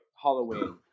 Halloween